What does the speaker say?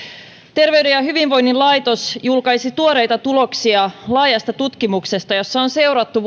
terveyden ja hyvinvoinnin laitos julkaisi tuoreita tuloksia laajasta tutkimuksesta jossa on seurattu